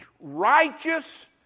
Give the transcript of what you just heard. righteous